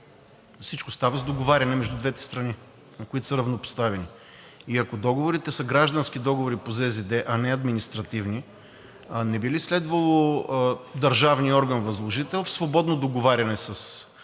Всичко става с договаряне между двете страни, които са равнопоставени. Ако договорите са граждански договори по ЗЗД, а не административни, не би ли следвало държавният орган възложител в свободно договаряне с